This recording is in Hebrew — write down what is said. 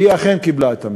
והיא אכן קיבלה את המשרה.